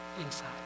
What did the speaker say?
inside